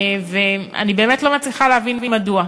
ואני באמת לא מצליחה להבין מדוע.